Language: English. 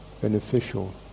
beneficial